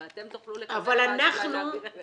אבל אתם תוכלו לקבל --- אנחנו רצינו